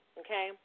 okay